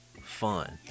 fun